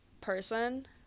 person